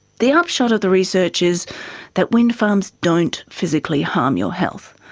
the upshot of the research is that windfarms don't physically harm your health,